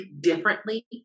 differently